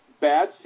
bad